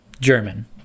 german